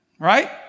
Right